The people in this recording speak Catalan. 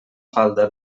falda